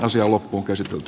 asia on loppuunkäsitelty